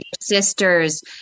sisters